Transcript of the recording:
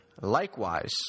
Likewise